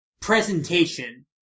presentation